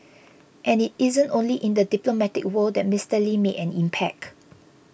and it isn't only in the diplomatic world that Mister Lee made an impact